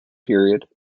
period